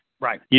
Right